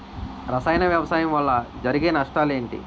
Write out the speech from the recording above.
రసాయన వ్యవసాయం వల్ల జరిగే నష్టాలు ఏంటి?